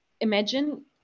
imagine